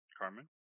Carmen